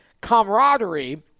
camaraderie